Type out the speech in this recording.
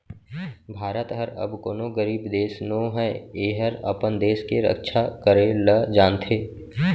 भारत हर अब कोनों गरीब देस नो हय एहर अपन देस के रक्छा करे ल जानथे